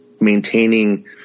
maintaining